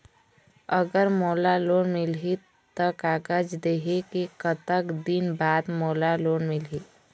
अगर मोला लोन मिलही त कागज देहे के कतेक दिन बाद मोला लोन मिलही?